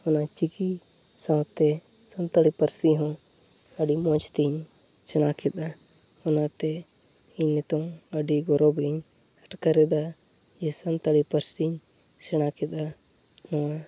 ᱚᱱᱟ ᱪᱤᱠᱤ ᱥᱟᱶᱛᱮ ᱥᱟᱱᱛᱟᱲᱤ ᱯᱟᱹᱨᱥᱤᱦᱚᱸ ᱟᱹᱰᱤ ᱢᱚᱡᱽᱛᱮᱧ ᱥᱮᱬᱟᱠᱮᱫᱟ ᱚᱱᱟᱛᱮ ᱤᱧ ᱱᱤᱛᱚᱝ ᱟᱹᱰᱤ ᱜᱚᱨᱚᱵᱤᱧ ᱟᱴᱠᱟᱨᱮᱫᱟ ᱡᱮ ᱥᱟᱱᱛᱟᱲᱤ ᱯᱟᱹᱨᱥᱤᱧ ᱥᱮᱬᱟᱠᱮᱫᱟ ᱚᱱᱟ